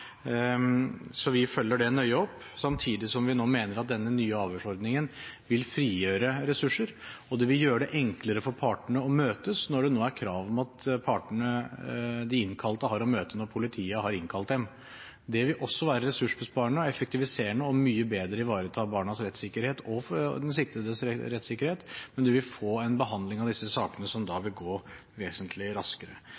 Så vi følger det nøye opp, samtidig som vi nå mener at denne nye avhørsordningen vil frigjøre ressurser, og det vil gjøre det enklere for partene å møtes når det nå er krav om at de innkalte partene har å møte når politiet har innkalt dem. Det vil også være ressursbesparende og effektiviserende og mye bedre ivareta barnas rettssikkerhet – og den siktedes rettssikkerhet – og man vil få en behandling av disse sakene som da vil gå vesentlig raskere.